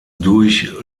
durch